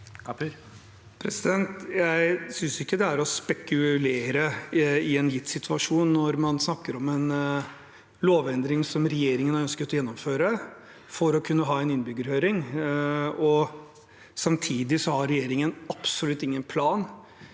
Jeg synes ikke det er å spekulere i en gitt situasjon når man snakker om en lovendring som regjeringen har ønsket å gjennomføre for å kunne ha en innbyggerhøring. Samtidig har regjeringen absolutt ingen plan,